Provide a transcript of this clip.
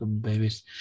babies